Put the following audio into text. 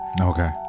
okay